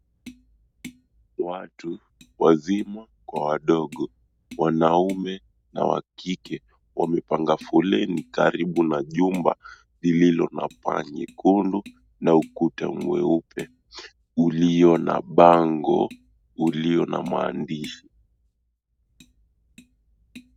Watu wazima kwa wadogo, waume na wakike wamepanga foleni karibu na jumba lililo na paa nyekundu na ukuta mweupe ulio na bango ulio na mwandishi.